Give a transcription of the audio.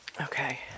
Okay